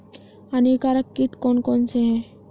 हानिकारक कीट कौन कौन से हैं?